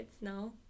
no